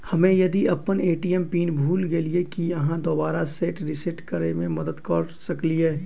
हम्मे यदि अप्पन ए.टी.एम पिन भूल गेलियै, की अहाँ दोबारा सेट रिसेट करैमे मदद करऽ सकलिये?